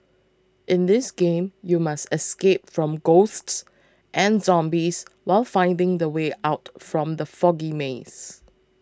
in this game you must escape from ghosts and zombies while finding the way out from the foggy maze